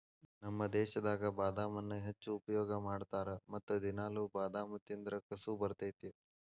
ನಮ್ಮ ದೇಶದಾಗ ಬಾದಾಮನ್ನಾ ಹೆಚ್ಚು ಉಪಯೋಗ ಮಾಡತಾರ ಮತ್ತ ದಿನಾಲು ಬಾದಾಮ ತಿಂದ್ರ ಕಸು ಬರ್ತೈತಿ